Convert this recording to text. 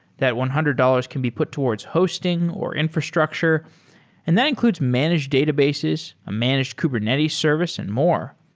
that one hundred dollars can be put towards hosting or infrastructure and that includes managed databases, a managed kubernetes service and more.